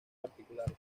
particulares